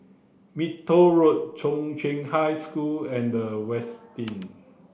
Minto Road Chung Cheng High School and The Westin